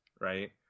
right